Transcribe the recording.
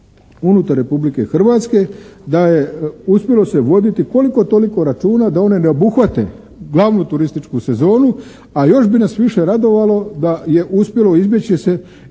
unutar Republike Hrvatske, da je uspjelo se voditi koliko-toliko računa da one ne obuhvate glavnu turističku sezonu, a još bi nas više radovalo da je uspjelo izbjeći se i